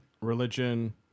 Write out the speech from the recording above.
religion